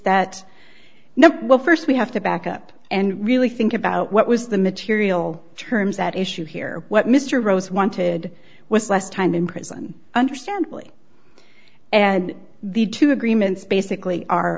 now well st we have to back up and really think about what was the material terms at issue here what mr rose wanted was less time in prison understandably and the two agreements basically are